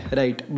right